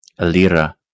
Alira